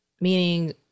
Meaning